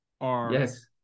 Yes